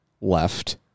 left